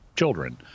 children